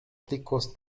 flikos